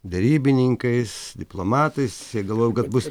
derybininkais diplomatais jie galvojo kad bus